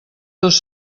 dos